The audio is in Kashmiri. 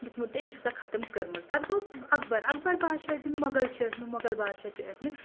دِیُتمُت تہٕ أمۍ چھِ آسان خَتم کٔرمٕژ پَتہٕ گوٚو اکبَر اکبَر بادشاہ مۄغَل چھِ ٲسمٕتۍ مۄغل بادشاہ چھِ ٲسمٕتۍ